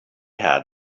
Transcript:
had